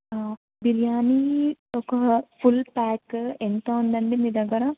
బిర్యానీ ఒక full pack ఎంత ఉందండి మీ దగ్గర